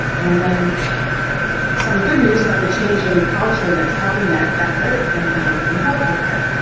and then some good news about the changing culture that's helping that effort and how you can help with that.